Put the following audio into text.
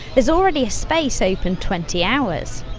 there's already a space open twenty hours.